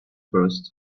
first